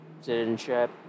citizenship